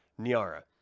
Niara